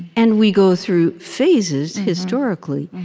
and we go through phases, historically,